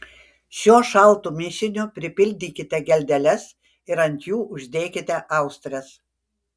šiuo šaltu mišiniu pripildykite geldeles ir ant jų uždėkite austres